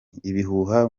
ibihuha